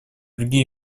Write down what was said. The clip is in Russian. другие